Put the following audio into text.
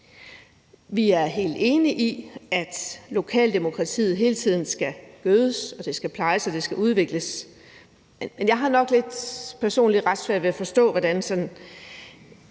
Vi er helt enige i, at lokaldemokratiet hele tiden skal gødes og plejes, og at det skal udvikles. Men jeg har nok personligt ret svært ved at forstå, hvordan det,